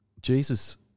Jesus